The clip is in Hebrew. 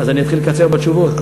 אני אתחיל לקצר בתשובות.